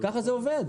כך זה עובד.